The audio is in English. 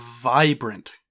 vibrant